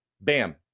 bam